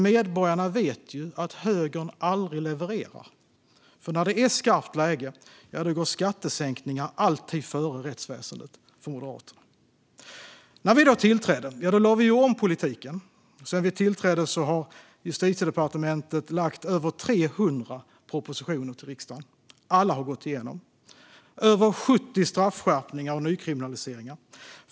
Medborgarna vet dock att högern aldrig levererar. När det är skarpt läge går nämligen skattesänkningar alltid före rättsväsendet för Moderaterna. När vi tillträdde lade vi om politiken. Sedan vi tillträdde har Justitiedepartementet lagt fram över 300 propositioner till riksdagen, och alla har gått igenom. Det har gjorts över 70 straffskärpningar och nykriminaliseringar.